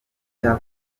cya